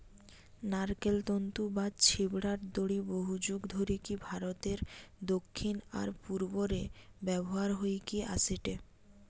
নারকেল তন্তু বা ছিবড়ার দড়ি বহুযুগ ধরিকি ভারতের দক্ষিণ আর পূর্ব রে ব্যবহার হইকি অ্যাসেটে